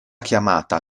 chiamata